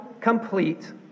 complete